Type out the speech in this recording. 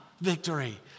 victory